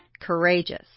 courageous